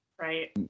Right